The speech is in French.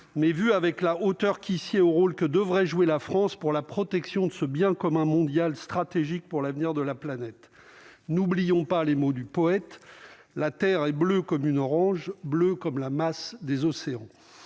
mais vu avec la hauteur qui sied au rôle que devrait jouer la France pour la protection de ce bien commun mondial stratégique pour l'avenir de la planète, n'oublions pas les mots du poète, la Terre est bleue comme une orange, bleue comme la masse des océans